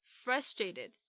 frustrated